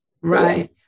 Right